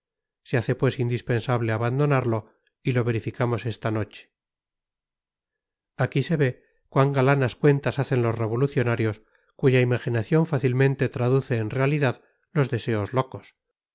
se hace pues indispensable abandonarlo y lo verificamos esta noche aquí se ve cuán galanas cuentas hacen los revolucionarios cuya imaginación fácilmente traduce en realidad los deseos locos